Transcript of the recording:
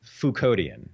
Foucauldian